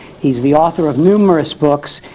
he's the author of numerous books,